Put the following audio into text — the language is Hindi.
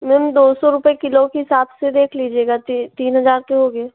मैम दो सौ रुपये किलो के हिसाब से देख लीजिएगा तीन हज़ार के होगे